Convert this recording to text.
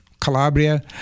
Calabria